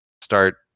start